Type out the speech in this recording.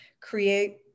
create